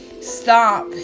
stop